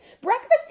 Breakfast